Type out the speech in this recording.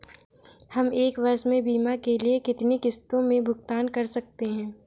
हम एक वर्ष में बीमा के लिए कितनी किश्तों में भुगतान कर सकते हैं?